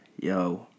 yo